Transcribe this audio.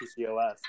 PCOS